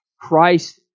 Christ